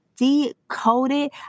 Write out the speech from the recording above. decoded